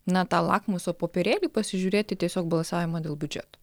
na tą lakmuso popierėlį pasižiūrėti tiesiog balsavimą dėl biudžeto